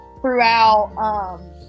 throughout